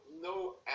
no